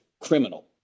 criminal